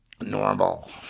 normal